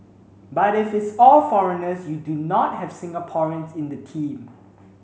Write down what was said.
but if it's all foreigners you do not have Singaporeans in the team